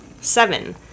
Seven